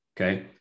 Okay